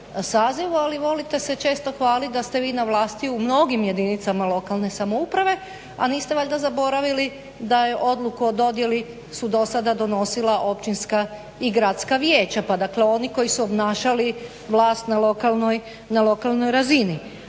sazivu ali volite se često hvaliti da ste vi na vlasti u mnogim jedinicama lokalne samouprave a niste valjda zaboravili da je odluku o dodjeli su do sada donosila općinska i gradska vijeća pa dakle oni koji su obnašali vlast na lokalnoj razini.